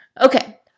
Okay